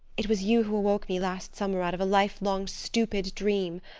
it was you who awoke me last summer out of a life-long, stupid dream.